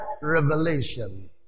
revelation